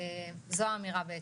זו האמירה בעצם,